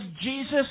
Jesus